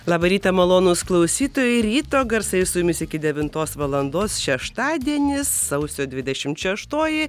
labą rytą malonūs klausytojai ryto garsai su jumis iki devintos valandos šeštadienis sausio dvidešimt šeštoji